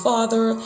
Father